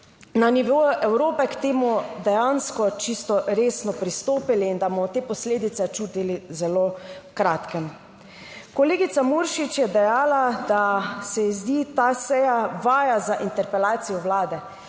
na nivoju Evrope k temu dejansko čisto resno pristopili in da bomo te posledice čutili zelo v kratkem. Kolegica Muršič je dejala, da se ji zdi ta seja vaja za interpelacijo Vlade.